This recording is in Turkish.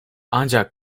ancak